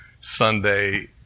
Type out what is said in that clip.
Sunday